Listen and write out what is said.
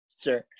sure